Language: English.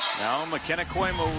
mckenna kooima,